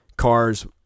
cars